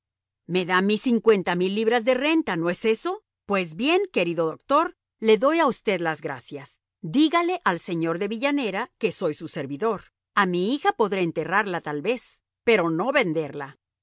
me da a mí cincuenta mil libras de renta no es eso pues bien querido doctor le doy a usted las gracias dígale al señor de villanera que soy su servidor a mi hija podré enterrarla tal vez pero no venderla